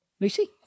Lucy